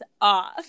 off